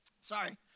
Sorry